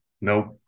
Nope